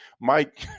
Mike